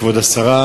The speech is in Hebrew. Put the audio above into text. כבוד השרה,